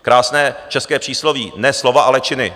Krásné české přísloví ne slova, ale činy!